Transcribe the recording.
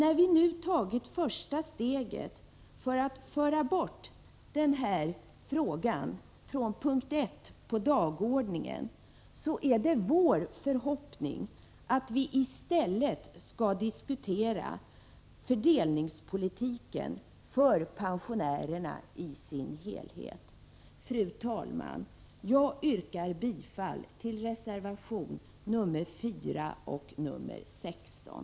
När vi nu tagit första steget för att föra bort denna fråga från punkt 1 på dagordningen är det vår förhoppning att vi i stället skall diskutera fördelningspolitiken då det gäller pensionärerna som helhet. Fru talman! Jag yrkar bifall till reservationerna 4 och 16.